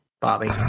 Bobby